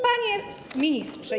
Panie Ministrze!